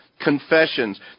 confessions